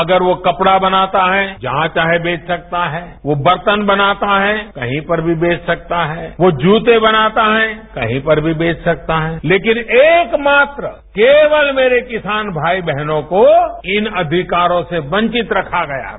अगर वो कपड़ा बनाता है जहां चाहे बेच सकता है वो बर्तन बनाता है कहीं पर भी बेच सकता है वो जूते बनाता है कहीं पर भी बेच सकता है लेकिन एकमात्र केवल मेरे किसान भाई बहनों को इन अधिकारों से वंचित रखा गया है